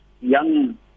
young